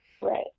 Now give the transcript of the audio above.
Right